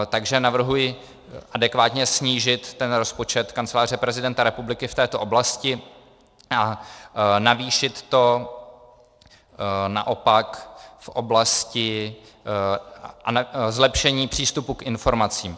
Takže navrhuji adekvátně snížit rozpočet Kanceláře prezidenta republiky v této oblasti a navýšit to naopak v oblasti zlepšení přístupu k informacím.